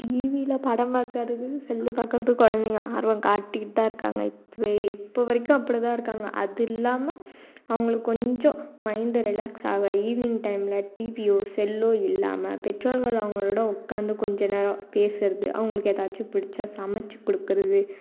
டிவியில படம் பார்க்கறது செல்லு பார்க்கறது குலந்தைங்க ஆர்வம் காடிட்கிட்டுதான் இருகாங்க இப்போயே இப்போ வரைக்கும் அப்படி தான் இருகாங்க அது இல்லாமல் அவங்கள கொஞ்சம் மைண்டு ரிலாக்ஸ் ஆக ஈவினிங் டைம்மில் டிவியோ செல்லோ இல்லாமல் பெற்றோர்கள் அவங்களோட உட்காந்து கொஞ்ச நேரம் பேசகிறது அவங்களுக்கு எதாச்சும் பிடிச்சால் சமைச்சி கொடுக்குறது